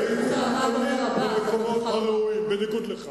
הייתי תמיד במקומות הראויים, בניגוד לך.